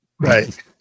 Right